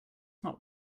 not